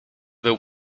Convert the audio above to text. był